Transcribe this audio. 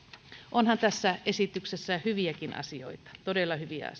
onhan tässä esityksessä hyviäkin asioita todella hyviä